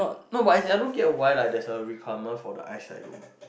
no but as in I don't get why there is a requirement for the eyesight though